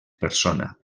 persona